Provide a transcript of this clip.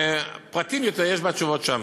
ויותר פרטים יש בתשובות שם.